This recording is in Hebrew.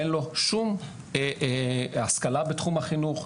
אין לו שום השכלה בתחום החינוך.